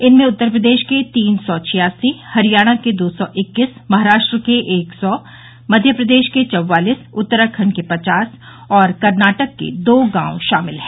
इनमें उत्तर प्रदेश के तीन सौ छियासी हरियाणा के दो सौ इक्कीस महाराष्ट्र के एक सौ मध्य प्रदेश के चौवालिस उत्तराखंड के पचास और कर्नाटक के दो गांव शामिल हैं